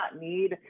need